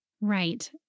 Right